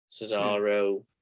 Cesaro